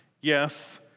Yes